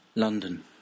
London